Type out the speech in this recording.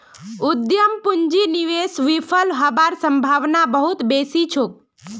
उद्यम पूंजीर निवेश विफल हबार सम्भावना बहुत बेसी छोक